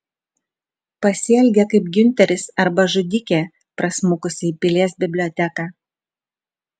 pasielgė kaip giunteris arba žudikė prasmukusi į pilies biblioteką